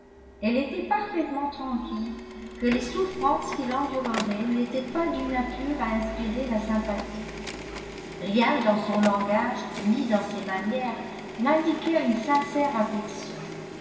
elle était parfaitement tranquille que les souffrances qu'il endurerait n'étaient pas d'une nature à inspirer la sympathie rien dans son langage ni dans ses manières n'indiquait une sincère affection